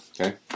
Okay